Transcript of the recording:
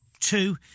two